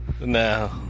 No